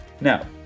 Now